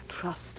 trust